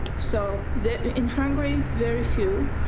so there are in hungary very few.